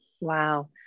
Wow